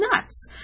nuts